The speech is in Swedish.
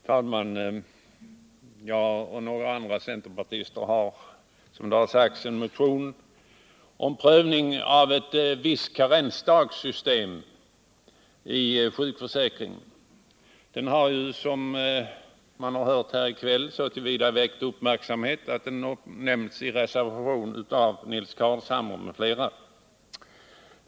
Herr talman! Jag och några andra centerpartister har väckt en motion om prövning av ett rättvist karensdagssystem inom sjukförsäkringen. Motionen har som man kunnat höra här i kväll väckt uppmärksamhet så till vida att den nämnts i reservationen av Nils Carlshamre m.fl.